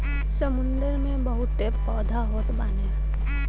समुंदर में बहुते पौधा होत बाने